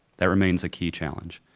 that remains a key challenge.